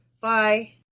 Bye